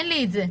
אין לי את זה.